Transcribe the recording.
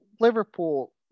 Liverpool